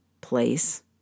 place